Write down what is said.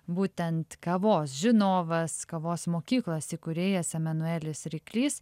būtent kavos žinovas kavos mokyklos įkūrėjas emanuelis ryklys